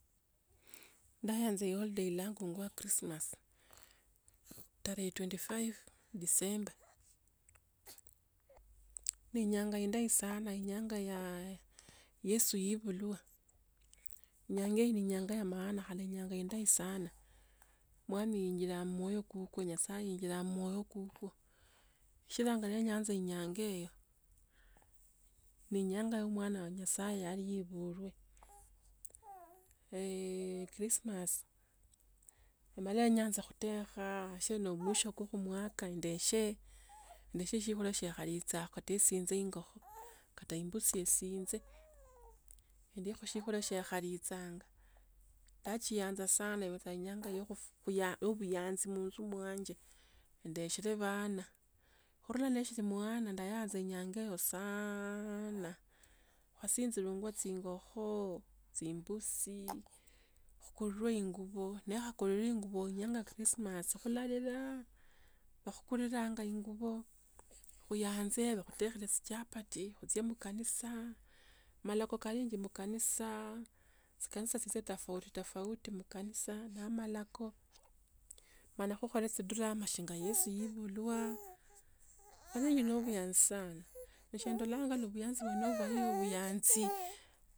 Ndayaanza iholiday ilangwa christmas. Tarehe twenti five decemba. Enyanga indayi sana inyanga yaa yesu yeebulwa, inyanga ino ni inyanga ya maana haleinyanga indayi sana. Omwami yenjila mmwoyo kukwo nyasae yenjila mmwoyo kukwo, chiranga nae nyanza enyanga hiyo. Nenyanga ya mwana wa nyasaye yali yebulwe eeh christmas emanya nayanza khuteka chelo mwisho wa kumwaka. ndeshe, ndeshe shiokulia shia khya lichanga ta kho tsi sichinzikokho, kate imbusi ye sinze, indiko chikolo chekhari tsanga. Ndachiyanza sana ibecha iyanga ya kufu buya- ubuyanzi munju mwanje, ndeshele bana, khurula neshili mwana ndayanze nyange o saaana, kwatsinjilianga chingokho, chimbusi, khuruwe ingubo ne ha khuli ngubo, nyenga krismas khulaliranga khukularanga ingubo, kuyanze makhuteshile chichapati. khutsie mkanisa, mala kukolanji mkanisa skanisa tsisetafauti tafauti mukanisa na malakho, manakhokachidrama chinga yesu yebulwa, buyanzi sana, nechendola khali buyanzi.